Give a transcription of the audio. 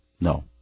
No